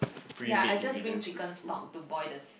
ya I just bring chicken stock to boil the soup